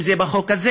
אם זה בחוק הזה,